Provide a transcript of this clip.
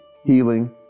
healing